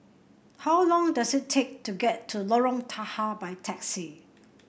how long does it take to get to Lorong Tahar by taxi